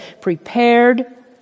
prepared